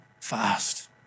fast